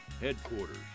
headquarters